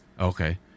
Okay